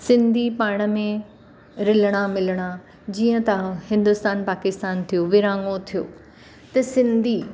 सिंधी पाण में रिलणा मिलणा जीअं त हिंदुस्तान पाकिस्तान थियो विरिहाङणो थियो त सिंधी